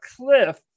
cliff